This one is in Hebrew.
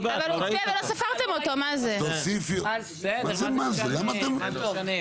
לא אופוזיציה שום דבר,